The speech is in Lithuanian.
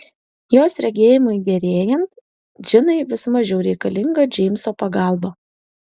jos regėjimui gerėjant džinai vis mažiau reikalinga džeimso pagalba